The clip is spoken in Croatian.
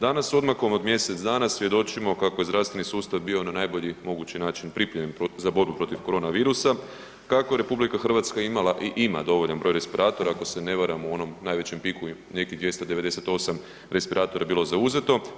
Danas s odmakom od mjesec dana svjedočimo kako je zdravstveni sustav bio na najbolji mogući način pripremljen za borbu protiv korona virusa, kako je RH imala i ima dovoljan broj respiratora ako se ne varam u onom najvećem … [[Govornik se ne razumije]] nekih 298 respiratora je bilo zauzeto.